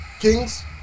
Kings